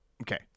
Okay